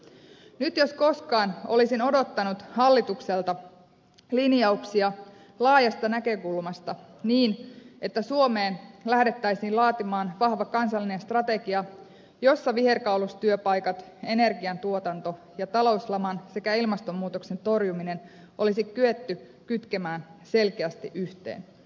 nyt jos koskaan olisin odottanut hallitukselta linjauksia laajasta näkökulmasta niin että suomeen lähdettäisiin laatimaan vahva kansallinen strategia jossa viherkaulustyöpaikat energiantuotanto ja talouslaman sekä ilmastonmuutoksen torjuminen olisi kyetty kytkemään selkeästi yhteen